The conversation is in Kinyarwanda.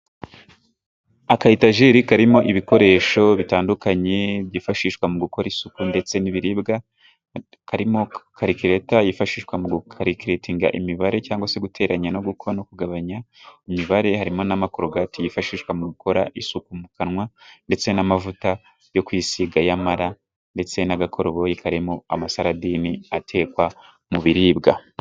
Akayetajeri karimo ibikoresho bitandukanye, byifashishwa mu gukora isuku ndetse n'ibiribwa, karimo Karikireta yifashishwa mu gukarikiretinga imibare cyangwa se guteranya no kugabanya imibare, harimo n'amakorogati yifashishwa mu gukora isuku mu kanwa, ndetse n'amavuta yo kwisiga y'Amara, ndetse n'agakoroboyi karimo amasaradini atekwa mu biribwa.